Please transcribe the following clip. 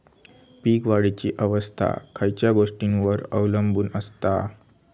पीक वाढीची अवस्था खयच्या गोष्टींवर अवलंबून असता?